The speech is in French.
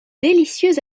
délicieuse